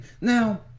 now